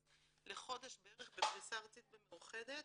אז לחודש בערך בפרישה ארצית במאוחדת